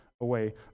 Away